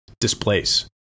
displace